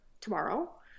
tomorrow